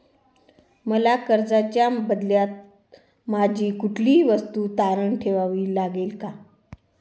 मला कर्जाच्या बदल्यात माझी कुठली वस्तू तारण ठेवावी लागेल का?